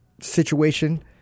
situation